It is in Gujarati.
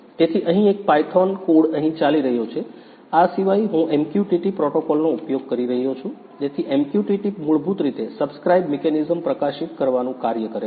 તેથી અહીં એક પાયથોન કોડ અહીં ચાલી રહ્યો છે આ સિવાય હું MQTT પ્રોટોકોલનો ઉપયોગ કરી રહ્યો છું તેથી MQTT મૂળભૂત રીતે સબ્સ્ક્રાઇબ મેકેનિઝમ પ્રકાશિત કરવાનું કાર્ય કરે છે